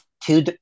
two